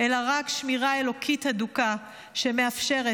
אלא רק שמירה אלוקית הדוקה שמאפשרת